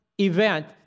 event